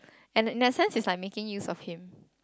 and in that sense is like making use of him